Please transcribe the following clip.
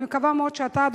אני מקווה מאוד שאתה,